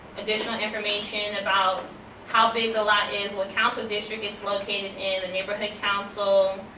additional information about how big the lot is, what council district it's located in, the neighbourhood council,